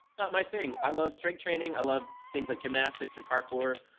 not my thing, i love strength training, i love things like gymnastics and parkour.